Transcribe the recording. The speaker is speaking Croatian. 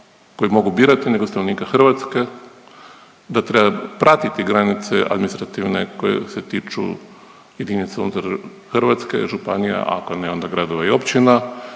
koji mogu birati nego stanovnika Hrvatske, da treba pratiti granice administrativne koje se tiču jedinica unutar Hrvatske županija, a ako ne onda gradova i općina,